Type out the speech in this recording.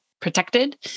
protected